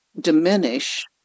diminish